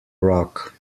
rock